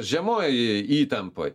žemojoj įtampoj